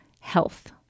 health